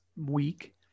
week